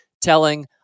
telling